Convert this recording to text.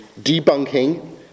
debunking